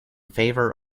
favor